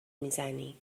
میزنی